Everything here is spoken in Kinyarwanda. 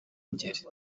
ngeri